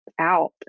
out